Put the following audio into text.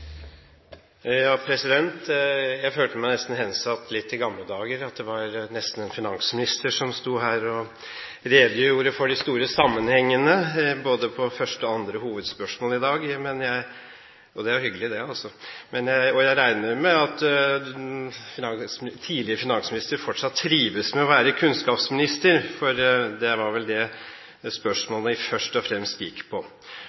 Jeg følte meg nesten litt hensatt til gamle dager, at det var en finansminister som sto her og redegjorde for de store sammenhengene, både i første og andre hovedspørsmål i dag – og det er jo hyggelig, det. Jeg regner med at tidligere finansminister fortsatt trives med å være kunnskapsminister – for det var vel det spørsmålene først og fremst gikk ut på.